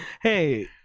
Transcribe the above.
Hey